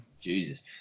Jesus